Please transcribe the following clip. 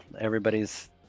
Everybody's